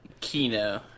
Kino